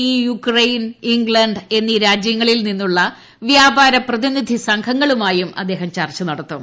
E Ukraine England എന്നീ ശ്രീജ്യങ്ങളിൽ നിന്നുള്ള വ്യാപാര പ്രതിനിധി സംഘങ്ങളുമായു്കൃഅ്ദ്ദേഹം ചർച്ച നടത്തും